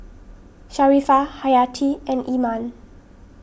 Sharifah Hayati and Iman